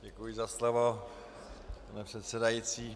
Děkuji za slovo, pane předsedající.